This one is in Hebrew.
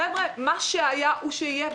חבר'ה, מה שהיה הוא שיהיה.